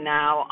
now